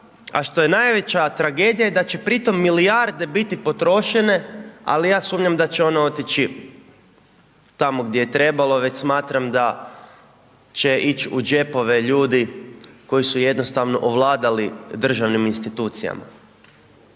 a što je najveća tragedija je da će pri tom milijarde biti potrošene, ali ja sumnjam da će one otići tamo gdje je trebalo, već smatram da će ići u džepove ljudi koji su jednostavno ovladali državnim institucijama.